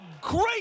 great